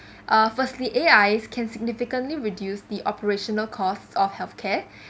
uh firstly A_I can significantly reduce the operational costs of health care